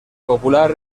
popular